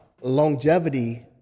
Longevity